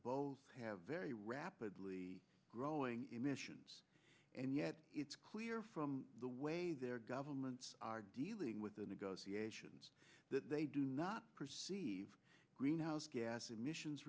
both have very rapidly growing emissions and yet it's clear from the way their governments are dealing with the negotiations that they do not perceive greenhouse gas emissions